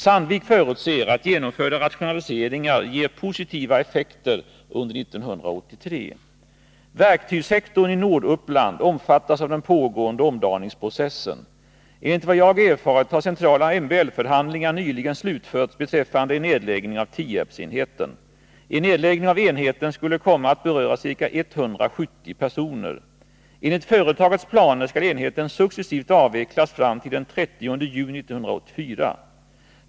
Sandvik förutser att genomförda rationaliseringar ger positiva effekter under 1983. Verktygssektorn i Norduppland omfattas av den pågående omdaningsprocessen. Enligt vad jag erfarit har centrala MBL-förhandlingar nyligen slutförts beträffande en nedläggning av Tierpsenheten. En nedläggning av enheten skulle komma att beröra ca 170 personer. Enligt företagets planer skall enheten successivt avvecklas fram till den 30 juni 1984.